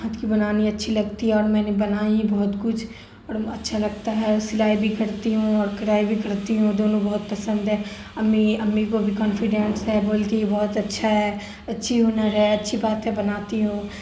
ہاتھ کی بنانی اچھی لگتی ہے اور میں نے بنائی ہے بہت کچھ اور اچھا لگتا ہے سلائی بھی کرتی ہوں اور کڑھائی بھی کرتی ہوں دونوں بہت پسند ہے امی امی کو بھی کانفڈینس ہے بولتی ہے بہت اچھا ہے اچھی ہنر ہے اچھی باتیں بناتی ہو